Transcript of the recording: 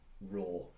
raw